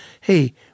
Hey